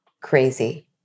crazy